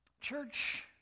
Church